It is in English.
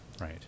Right